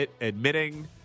admitting